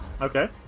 Okay